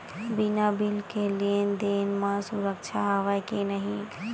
बिना बिल के लेन देन म सुरक्षा हवय के नहीं?